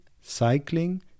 cycling